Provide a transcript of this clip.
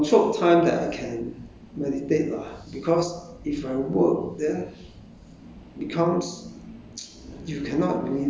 a more but more control controlled time that I can meditate lah because if I work then